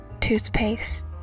toothpaste